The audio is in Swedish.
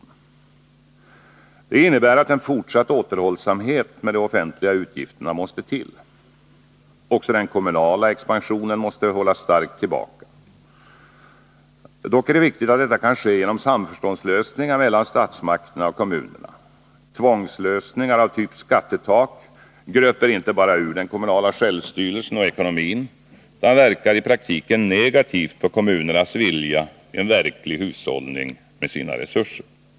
Det innebär att en fortsatt återhållsamhet med de offentliga utgifterna måste till. Också den kommunala expansionen måste hållas starkt tillbaka. Det är dock viktigt att detta kan ske genom samförståndslösningar mellan statsmakterna och kommunerna. Tvångslösningar av typ skattetak gröper inte bara ur den kon.munala självstyrelsen och ekonomin, utan verkar i praktiken negativt på kommunernas vilja till en verklig hushållning med sina resurser.